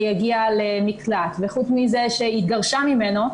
הגיעה למקלט וחוץ מזה שהיא התגרשה ממנו,